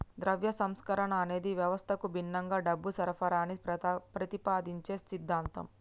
ద్రవ్య సంస్కరణ అనేది వ్యవస్థకు భిన్నంగా డబ్బు సరఫరాని ప్రతిపాదించే సిద్ధాంతం